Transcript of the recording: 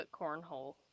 cornhole